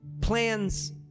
Plans